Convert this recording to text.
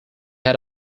had